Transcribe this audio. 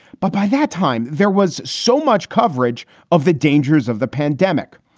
but by that time, there was so much coverage of the dangers of the pandemic.